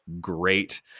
great